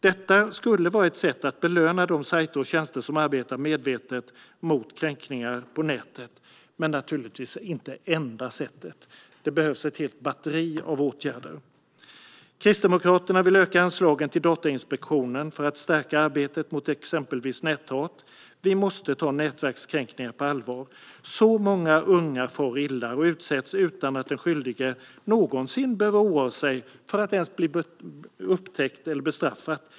Detta skulle vara ett sätt att belöna de sajter och tjänster som arbetar medvetet mot kränkningar på nätet. Men givetvis är det inte den enda åtgärden. Det behövs ett helt batteri av åtgärder. Kristdemokraterna vill också öka anslaget till Datainspektionen för att stärka arbetet mot exempelvis näthat. Vi måste ta nätkränkningar på allvar. Så många unga far illa och utsätts utan att den skyldige någonsin behöver oroa sig för att bli upptäckt och bestraffad.